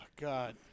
God